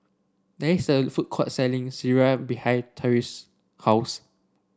there is a food court selling Sireh behind Tresa's house